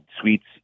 suites